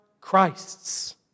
Christ's